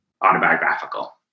autobiographical